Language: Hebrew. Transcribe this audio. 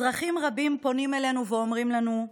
אזרחים רבים פונים אלינו ואומרים לנו: